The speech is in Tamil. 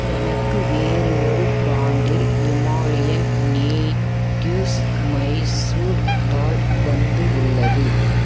எனக்கு வேறொரு பிராண்டில் ஹிமாலயன் நேட்டிவ்ஸ் மசூர் தால் வந்து உள்ளது